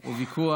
הוא ויכוח